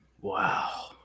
Wow